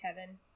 Kevin